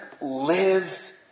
live